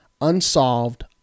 unsolved